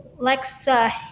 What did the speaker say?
Alexa